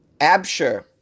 Absher